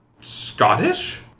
Scottish